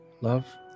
love